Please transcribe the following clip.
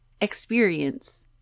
experience